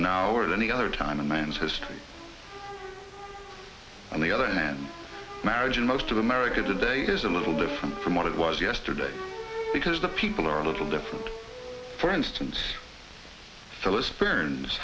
than any other time in man's history on the other hand marriage in most of america today is a little different from what it was yesterday because the people are a little different for instance phillis